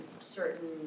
certain